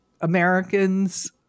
Americans